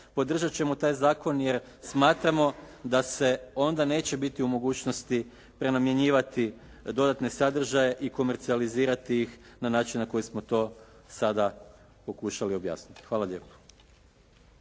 podržat ćemo taj zakon jer smatramo da se onda neće biti u mogućnosti primjenjivati dodatne sadržaje i komercijalizirati ih na način na koji smo to sada pokušali objasniti. Hvala lijepo.